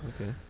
Okay